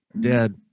dad